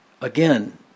again